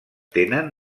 tenen